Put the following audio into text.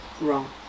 wrong